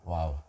Wow